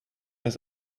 has